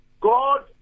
God